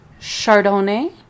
Chardonnay